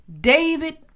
David